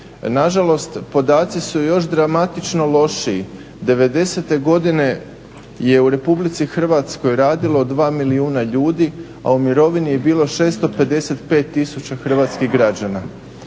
Na žalost, podaci su još dramatično lošiji. Devedesete godine je u Republici Hrvatskoj radilo 2 milijuna ljudi, a u mirovini je bili 655 000 hrvatskih građana.